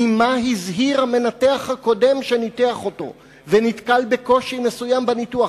ממה הזהיר המנתח הקודם שניתח אותו ונתקל בקושי מסוים בניתוח,